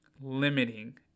limiting